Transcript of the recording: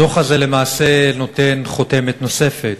הדוח הזה למעשה נותן חותמת נוספת